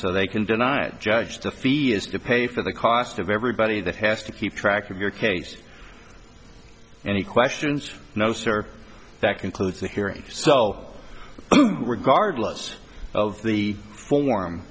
so they can deny a judge the fee is to pay for the cost of everybody that has to keep track of your case and he questions no sir that concludes the hearing so regardless of the form